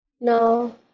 No